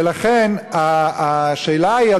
ולכן השאלה היא,